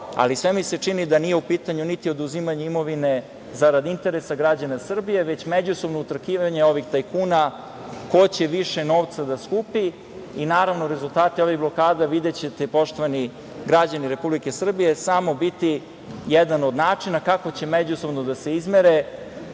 Sve mi se čini da nije u pitanju niti oduzimanje imovine zarad interesa građana Srbije, već međusobno utrkivanje ovih tajkuna ko će više novca da skupi i naravno rezultate ovih blokada videćete, poštovani građani Republike Srbije, samo biti jedan od načina kako će međusobno da se izmere